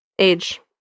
age